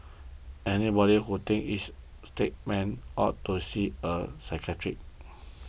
anybody who thinks he is a statesman ought to see a psychiatrist